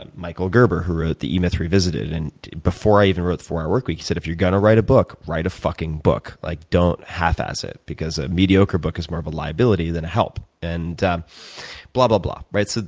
and michael gerber who wrote the e myth revisited. and before i even write the four hour workweek he said, if you're going to write a book, write a fucking book. like don't half-ass it because a mediocre is more of a liability than a help. and blablabla, right. so